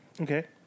Okay